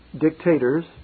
dictators